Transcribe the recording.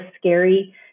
scary